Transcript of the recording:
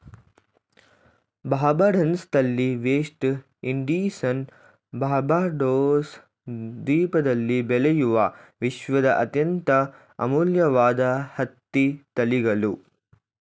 ಬಾರ್ಬಡನ್ಸ್ ತಳಿ ವೆಸ್ಟ್ ಇಂಡೀಸ್ನ ಬಾರ್ಬಡೋಸ್ ದ್ವೀಪದಲ್ಲಿ ಬೆಳೆಯುವ ವಿಶ್ವದ ಅತ್ಯಂತ ಅಮೂಲ್ಯವಾದ ಹತ್ತಿ ತಳಿಗಳು